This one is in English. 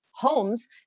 homes